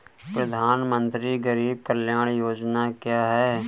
प्रधानमंत्री गरीब कल्याण योजना क्या है?